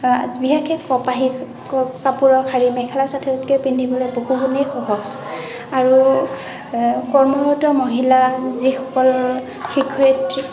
বিশেষকৈ কপাহী কাপোৰৰ শাড়ী মেখেলা চাদৰতকৈ পিন্ধিবলৈ বহু গুণেই সহজ আৰু কৰ্মৰত মহিলা যিসকল শিক্ষয়িত্ৰী